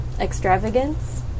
Extravagance